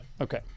Okay